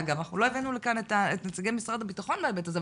אגב אנחנו לא הבאנו לכאן את נציגי משרד הביטחון בהיבט הזה,